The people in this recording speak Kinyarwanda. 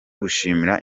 gushimira